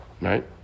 Right